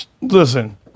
Listen